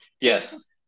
yes